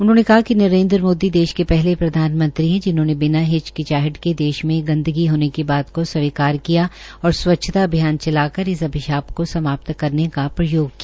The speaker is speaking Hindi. उन्होंने कहा कि नरेन्द्र मोदी देश के पहले प्रधानमंत्री देश के पहले प्रधानमंत्री है जिन्होंने बिना हिचकिचाहट के देश में गंदगी होने की बात को स्वीकार किया और स्वच्छता अभियान चलाकर इस अभियान को समाप्त करने का प्रयोग किया